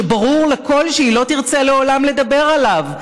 שברור לכול שהיא לא תרצה לעולם לדבר עליו.